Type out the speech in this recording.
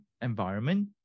environment